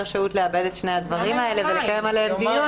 שהות לעבד את שני הדברים האלה ולקיים עליהם דיון.